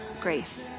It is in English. grace